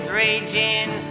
raging